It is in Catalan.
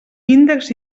índex